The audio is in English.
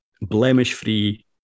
blemish-free